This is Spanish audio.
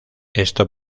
esto